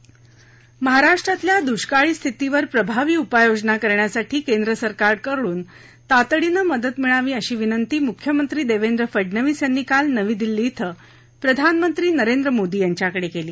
द्ष्काळ मदत जयदेवी सूनील महाराष्ट्रातल्या दृष्काळी स्थितीवर प्रभावी उपाययोजना करण्यासाठी केंद्र सरकारकडून तातडीनं मदत मिळावी अशी विनंती मुख्यमंत्री देवेंद्र फडनवीस यांनी काल नवी दिल्ली इथं प्रधानमंत्री नरेंद्र मोदी यांच्याकडे केली